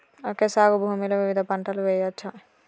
Okay సాగు భూమిలో వివిధ పంటలు వెయ్యచ్చా?